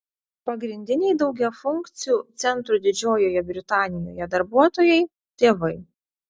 pagrindiniai daugiafunkcių centrų didžiojoje britanijoje darbuotojai tėvai